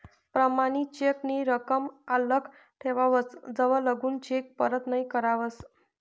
प्रमाणित चेक नी रकम आल्लक ठेवावस जवलगून चेक परत नहीं करावस